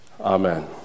Amen